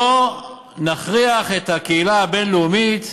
בוא נכריח את הקהילה הבין-לאומית,